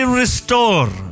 restore